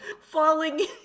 falling